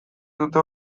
dute